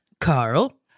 Carl